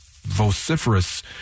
Vociferous